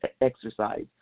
exercise